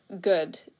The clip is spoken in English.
good